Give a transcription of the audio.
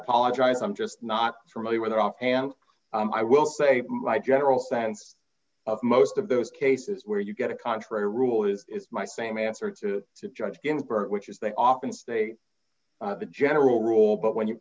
apologize i'm just not familiar with offhand i will say my general sense of most of those cases where you get a contrary rule is my same answer to to judge ginsburg which is they often state the general rule but when you